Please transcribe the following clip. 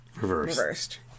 reversed